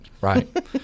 right